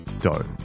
dough